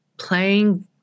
playing